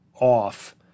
off